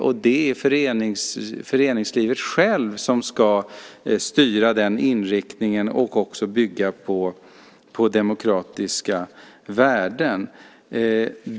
Och det är föreningslivet självt som ska styra den inriktningen som ska bygga på demokratiska värden.